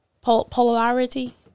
Polarity